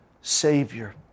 Savior